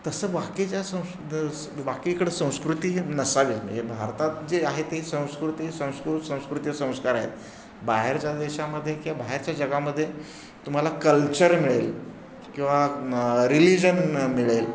तसं बाकीच्या संस् बाकीकडं संस्कृती नसावी म्हणजे भारतात जे आहे ते संस्कृती संस्कृ संस्कृती संस्कार आहेत बाहेरच्या देशामध्ये किंवा बाहेरच्या जगामध्ये तुम्हाला कल्चर मिळेल किंवा रिलिजन मिळेल